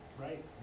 Right